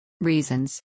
reasons